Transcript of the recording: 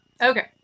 Okay